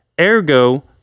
Ergo